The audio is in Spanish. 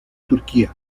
turquía